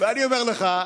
אני אומר לך,